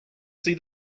see